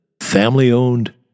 family-owned